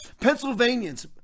Pennsylvanians